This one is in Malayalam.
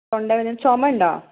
തൊണ്ട വേദന ചുമ ഉണ്ടോ